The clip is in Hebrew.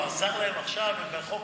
עזר להם עכשיו בחוק